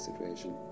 situation